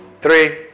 three